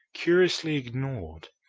curiously ignored.